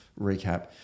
recap